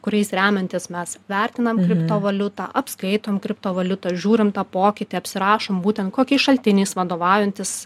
kuriais remiantis mes vertinam kriptovaliutą apskaitant kriptovaliutą žiūrim tą pokytį apsirašom būtent kokiais šaltiniais vadovaujantis